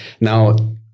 Now